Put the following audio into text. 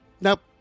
Nope